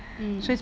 mm